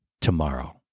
tomorrow